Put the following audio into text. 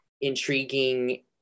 intriguing